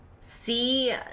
see